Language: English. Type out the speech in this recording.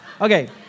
Okay